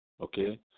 okay